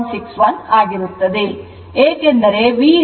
61 ಆಗಿರುತ್ತದೆ ಏಕೆಂದರೆ VV4 V3 ಆಗಿದೆ